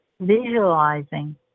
visualizing